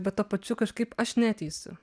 bet tuo pačiu kažkaip aš neteisiu